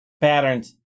Patterns